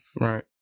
right